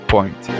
Point